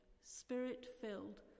spirit-filled